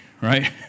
right